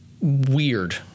weird